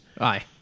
Aye